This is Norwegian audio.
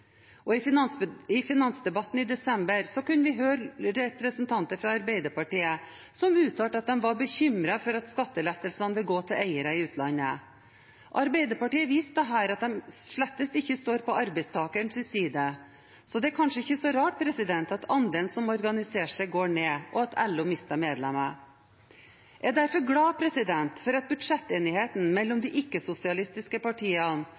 arbeidsplasser i fare.» I finansdebatten i desember kunne vi høre representanter fra Arbeiderpartiet uttale at de var bekymret for at skattelettelsene ville gå til eiere i utlandet. Arbeiderpartiet viste her at de slett ikke står på arbeidstakerens side, så det er kanskje ikke så rart at andelen som organiserer seg, går ned, og at LO mister medlemmer. Jeg er derfor glad for at budsjettenigheten mellom de ikke-sosialistiske partiene